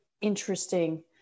interesting